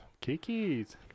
kiki's